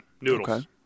Noodles